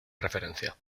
referencia